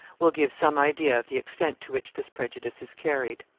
will give some idea of the extent to which this prejudice is carried.